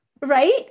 right